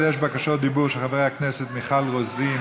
אבל יש בקשות דיבור של חברי הכנסת מיכל רוזין,